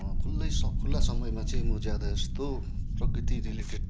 खुल्लै स खुला समयमा चाहिँ म ज्यादा यस्तो प्रकृति रिलेटेड